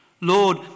Lord